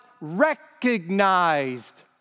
recognized